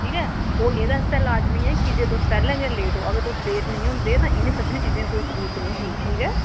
ठीक ऐ ओ एह्दे आस्तै लाजमी ऐ कीजे तुस पैह्लें गै लेट ओ अगर तुस लेट नेईं होंदे तां इ'नें सभनें चीजें दी कोई जरूरत नेई ही ठीक ऐ